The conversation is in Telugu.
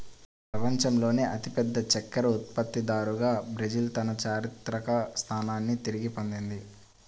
ప్రపంచంలోనే అతిపెద్ద చక్కెర ఉత్పత్తిదారుగా బ్రెజిల్ తన చారిత్రక స్థానాన్ని తిరిగి పొందింది